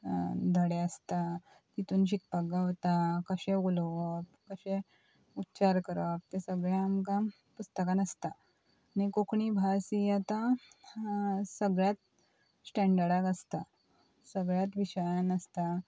धडे आसता तितून शिकपाक गावता कशें उलोवप कशें उच्चार करप तें सगळें आमकां पुस्तकान आसता आनी कोंकणी भास ही आतां सगळ्यात स्टँडर्डाक आसता सगळ्यात विशयान आसता